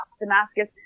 Damascus